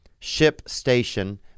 ShipStation